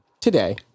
today